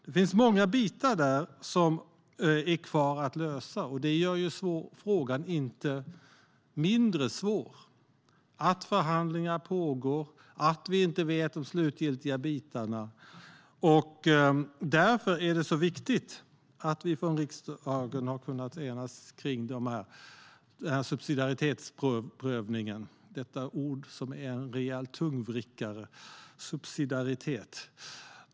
Det finns många delar som är kvar att lösa, och det gör ju inte frågan mindre svår. Förhandlingar pågår och vi vet inte det slutliga resultatet. Därför är det så viktigt att vi i riksdagen har kunnat enas kring denna subsidiaritetsprövning - detta ord som är en rejäl tungvrickare.